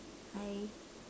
hi